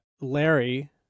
Larry